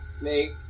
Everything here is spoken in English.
Make